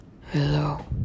Hello